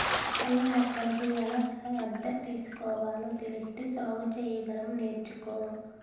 పళ్ళ మొక్కలకు ఎలా శ్రద్ధ తీసుకోవాలో తెలిస్తే సాగు సెయ్యగలం నేర్చుకో